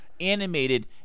animated